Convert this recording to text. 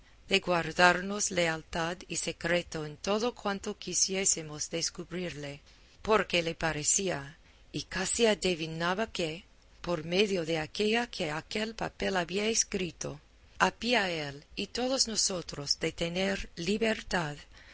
de guardarnos lealtad y secreto en todo cuanto quisiésemos descubrirle porque le parecía y casi adevinaba que por medio de aquella que aquel papel había escrito había él y todos nosotros de tener libertad